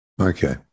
Okay